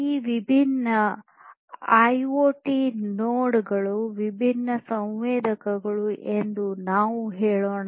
ಈ ವಿಭಿನ್ನ IoT node ಗಳು ವಿಭಿನ್ನ ಸಂವೇದಕಗಳು ಎಂದು ನಾವು ಹೇಳೋಣ